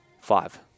Five